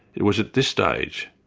it was at this stage,